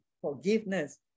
forgiveness